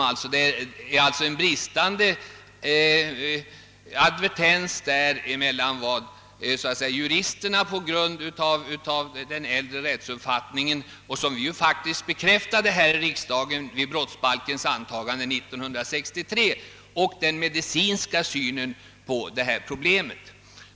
Här föreligger alltså en bristande advertens mellan å ena sidan juristernas syn på detta problem — den sammanhänger med den äldre rättsuppfattningen, som vi ju faktiskt bekräftade här i riksdagen wid brottsbalkens antagande 1963 — och å andra sidan den medicinska synen på problemet.